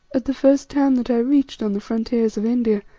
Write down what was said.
at the first town that i reached on the frontiers of india,